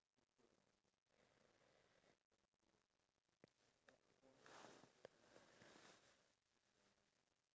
I never stop to think whether I should really google and find out the whole entire information about that country